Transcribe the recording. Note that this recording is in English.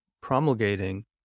promulgating